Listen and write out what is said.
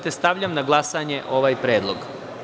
Stavljam na glasanje ovaj predlog.